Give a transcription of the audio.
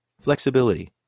flexibility